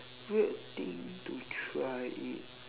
weird thing to try it